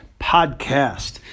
Podcast